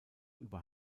über